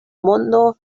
mondo